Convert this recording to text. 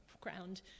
ground